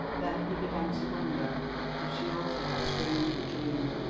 then he began to wonder if she also had strangely dreamed.